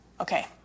Okay